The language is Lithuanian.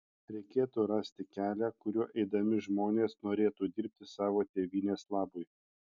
reikėtų rasti kelią kuriuo eidami žmonės norėtų dirbti savo tėvynės labui